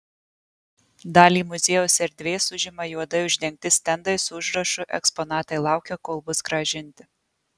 dalį muziejaus erdvės užima juodai uždengti stendai su užrašu eksponatai laukia kol bus grąžinti